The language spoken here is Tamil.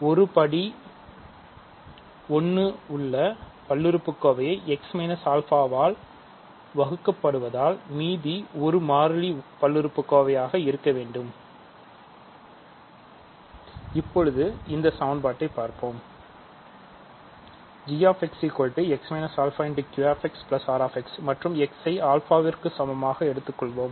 வேறுவிதமாகக் கூறினால்r மற்றும் x ஐ α விற்கு சமமாக எடுத்துக்கொள்வோம்